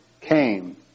came